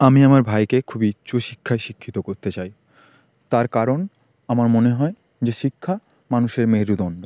আমি আমার ভাইকে খুবই উচ্চ শিক্ষায় শিক্ষিত করতে চাই তার কারণ আমার মনে হয় যে শিক্ষা মানুষের মেরুদণ্ড